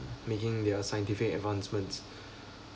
making their scientific advancements